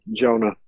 Jonah